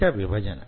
ఇక విభజన